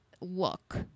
look